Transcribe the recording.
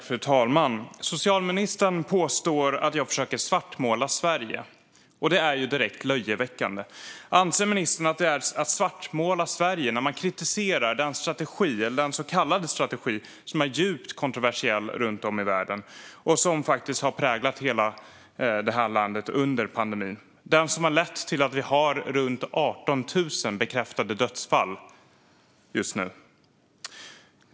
Fru talman! Socialministern påstår att jag försöker att svartmåla Sverige. Det är direkt löjeväckande. Anser ministern att det är att svartmåla Sverige när man kritiserar en så kallad strategi som är djupt kontroversiell runt om i världen och faktiskt har präglat hela det här landet under pandemin, en strategi som har lett till att vi har runt 18 000 bekräftade dödsfall just nu?